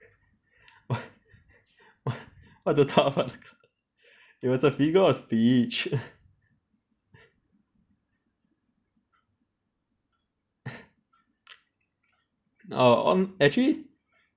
what to talk about the cloud it was a figure of speech oh on actually